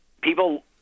people